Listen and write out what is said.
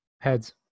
Heads